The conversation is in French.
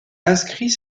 inscrit